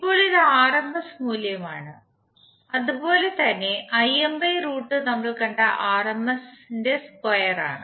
ഇപ്പോൾ ഇത് R M S മൂല്യമാണ് അതുപോലെ തന്നെ നമ്മൾ കണ്ട ആർ എം എസ് കറന്റാണ്